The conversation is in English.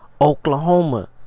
Oklahoma